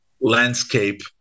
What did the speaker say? landscape